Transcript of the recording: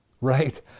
right